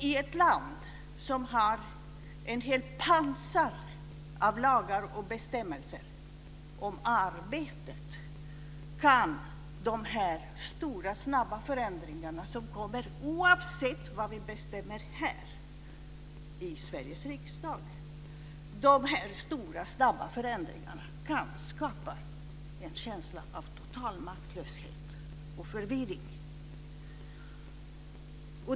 I ett land som har ett helt pansar av lagar och bestämmelser om arbetet kan de här stora snabba förändringarna som kommer oavsett vad vi bestämmer här i Sveriges riksdag skapa en känsla av total maktlöshet och förvirring.